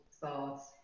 thoughts